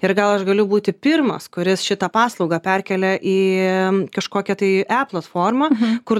ir gal aš galiu būti pirmas kuris šitą paslaugą perkelia į kažkokią tai e platformą kur